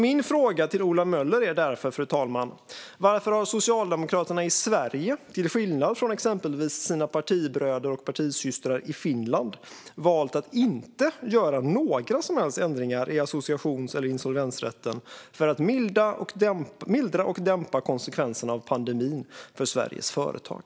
Min fråga till Ola Möller är därför: Varför har Socialdemokraterna i Sverige till skillnad från exempelvis partibröder och partisystrar i Finland valt att inte göra några som helst ändringar i associations eller insolvensrätten för att mildra och dämpa konsekvenserna av pandemin för Sveriges företag?